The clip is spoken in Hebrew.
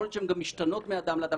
יכול להיות שהן גם משתנות מאדם לאדם,